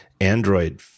Android